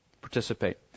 participate